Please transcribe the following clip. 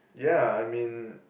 yeah I mean